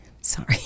Sorry